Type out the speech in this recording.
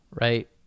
right